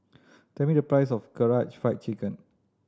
tell me the price of Karaage Fried Chicken